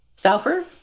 Stouffer